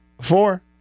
Four